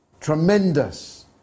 tremendous